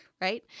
right